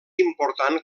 important